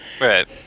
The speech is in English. Right